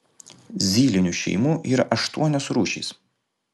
zylinių šeimų yra aštuonios rūšys